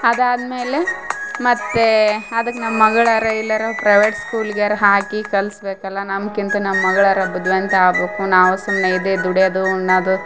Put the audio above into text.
ಅದು ಆದ್ಮೇಲೆ ಮತ್ತು ಅದಕ್ಕೆ ನಮ್ಮ ಮಗ್ಳಾರೇ ಇಲ್ಲರ ಪ್ರೈವೇಟ್ ಸ್ಕೂಲ್ಗ್ಯಾರ ಹಾಕಿ ಕಲಿಸಬೇಕಲ್ಲ ನಮ್ಕಿಂತ ನಮ್ಮ ಮಗ್ಳಾರ ಬುದ್ಧಿವಂತ ಆಗ್ಬಕು ನಾವು ಸುಮ್ಮನೆ ಇದೇ ದುಡಿಯದು ಉಣ್ಣದು